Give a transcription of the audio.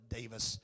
Davis